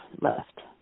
Left